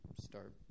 start